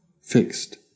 fixed